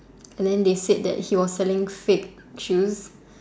and then they said that he was selling fake shoes